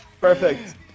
Perfect